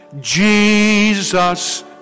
Jesus